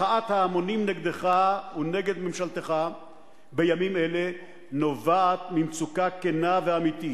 מחאת ההמונים נגדך ונגד ממשלתך בימים אלה נובעת ממצוקה כנה ואמיתית.